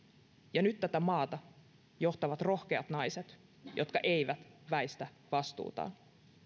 ja nyt tätä maata johtavat rohkeat naiset jotka eivät väistä vastuutaan